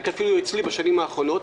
חלק אפילו אצלי בשנים האחרונות,